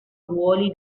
ruoli